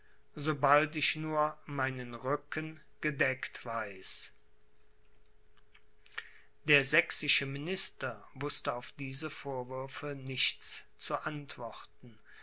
sobald ich nur meinen rücken gedeckt weiß der sächsische minister wußte auf diese vorwürfe nichts zu antworten